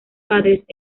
padres